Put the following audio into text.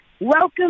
Welcome